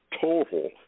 total